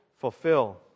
fulfill